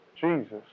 Jesus